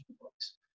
books